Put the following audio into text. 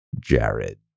jared